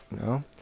No